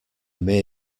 mere